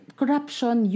corruption